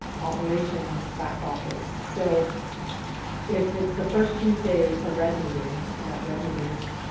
operations back office. so if it's the first tuesday, it's a red meeting in that red meetings,